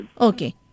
Okay